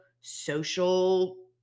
social